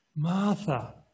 Martha